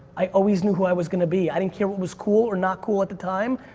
i always knew who i was gonna be. i didn't care what was cool or not cool at the time.